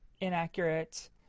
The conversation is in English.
inaccurate